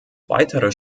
weitere